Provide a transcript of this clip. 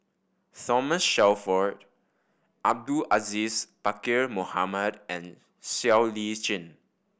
Thomas Shelford Abdul Aziz Pakkeer Mohamed and Siow Lee Chin